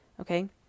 okay